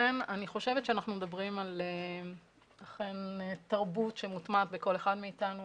אני חושבת שאנחנו מדברים על אכן תרבות שמוטמעת בכל אחד מאיתנו,